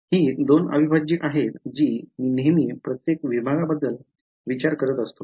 ही दोन अविभाज्ये आहेत जी मी नेहमी प्रत्येक विभागाबद्दल विचार करत असतो